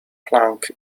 planck